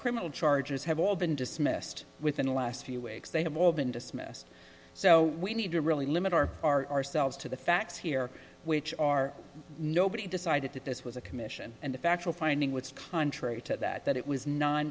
criminal charges have all been dismissed within the last few weeks they have all been dismissed so we need to really limit our our selves to the facts here which are nobody decided that this was a commission and a factual finding was contrary to that that it was nine